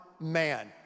man